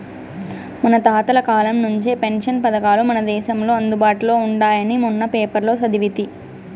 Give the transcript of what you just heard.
మన తాతల కాలం నుంచే పెన్షన్ పథకాలు మన దేశంలో అందుబాటులో ఉండాయని మొన్న పేపర్లో సదివితి